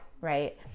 right